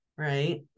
right